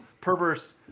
perverse